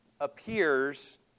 ...appears